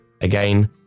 Again